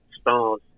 stars